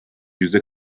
yüzde